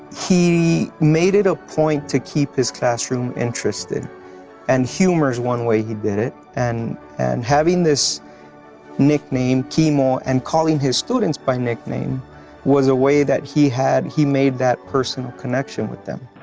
he made it a point to keep his classroom interested and humor is one way he did it. and and having this nickname, ke-mo, and calling his students by nickname was a way that he had, he made that personal connection with them.